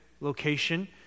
location